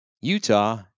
Utah